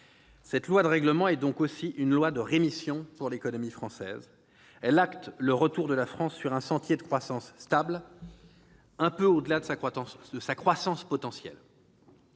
Cette loi de règlement est donc aussi une loi de rémission pour l'économie française. Elle entérine le retour de la France sur un sentier de croissance stable, un peu au-delà de sa croissance potentielle.